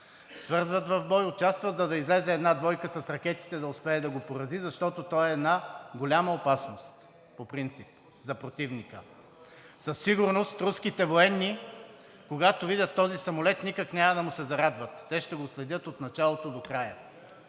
свързват в бой, участват, за да излезе една двойка с ракетите, за да успее да го порази, защото той е една голяма опасност по принцип за противника. Със сигурност руските военни, когато видят този самолет, никак няма да му се зарадват. Те ще го следят от началото до края.